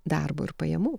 darbo ir pajamų